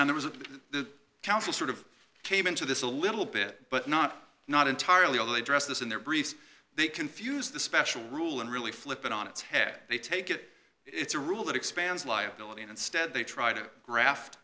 that there was a the council sort of came into this a little bit but not not entirely all they dress this in their briefs they confuse the special rule and really flip it on its head they take it it's a rule that expands liability and instead they try to graft